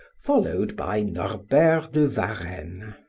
followed by norbert de varenne.